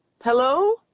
Hello